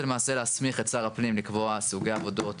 זה בעצם להסמיך את שר הפנים לקבוע סוגי עבודות,